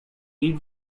read